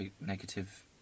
negative